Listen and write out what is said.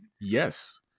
Yes